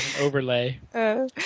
overlay